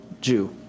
Jew